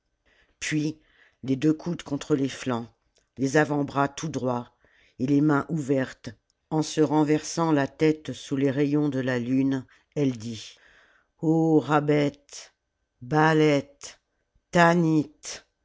puis les deux coudes contre les flancs les avant-bras tout droits et les mains ouvertes salammbo en se renversant la tête sous les rajons de la lune elle dit o rabbet baaiet tanlt